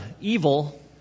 evil